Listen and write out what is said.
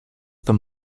them